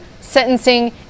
sentencing